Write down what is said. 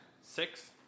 Six